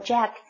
Jack：“